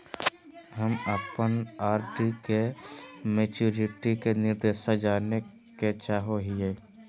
हम अप्पन आर.डी के मैचुरीटी के निर्देश जाने के चाहो हिअइ